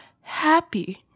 happy